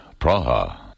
Praha